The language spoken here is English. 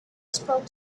spoke